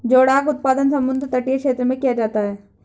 जोडाक उत्पादन समुद्र तटीय क्षेत्र में किया जाता है